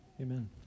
Amen